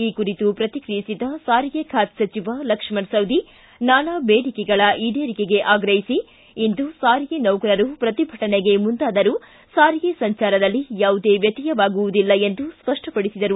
ಈ ಕುರಿತು ಪ್ರತಿಕ್ರಿಯಿಸಿದ ಸಾರಿಗೆ ಖಾತೆ ಸಚಿವ ಲಕ್ಷ್ಮಣ ಸವದಿ ನಾನಾ ಬೇಡಿಕೆಗಳ ಈಡೇರಿಕೆಗೆ ಆಗ್ರಹಿಸಿ ಇಂದು ಸಾರಿಗೆ ನೌಕರರು ಪ್ರತಿಭಟನೆಗೆ ಮುಂದಾದರೂ ಸಾರಿಗೆ ಸಂಚಾರದಲ್ಲಿ ಯಾವುದೇ ವ್ಯತ್ತಯವಾಗುವುದಿಲ್ಲ ಎಂದು ಸ್ಪಪ್ಟಪಡಿಸಿದರು